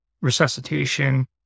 resuscitation